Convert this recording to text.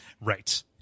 right